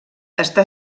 està